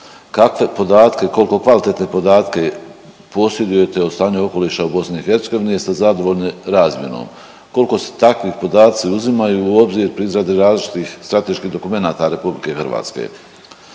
Kakve podatke kolko kvalitetne podatke posjedujete o stanju okoliša u BiH jeste zadovoljni razmjenom? Kolko se takvi podaci uzimaju u obzir pri izradi različitih strateških dokumenata RH? Navest